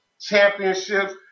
championships